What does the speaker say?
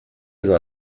edo